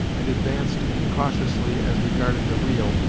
and advanced incautiously as regarded the real,